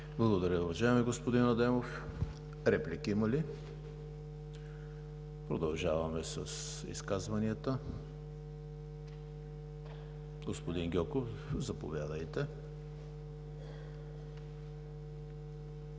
Благодаря, уважаеми господин Адемов. Има ли реплики? Продължаваме с изказванията. Господин Гьоков, заповядайте.